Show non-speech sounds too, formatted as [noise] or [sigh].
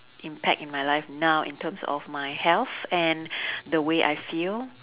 impact in my life now in terms of my health and [breath] the way I feel